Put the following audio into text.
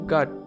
God